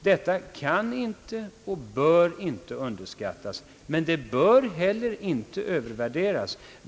Detta kan inte och bör inte underskattas, men det bör heller inte övervärderas.